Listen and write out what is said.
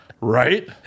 Right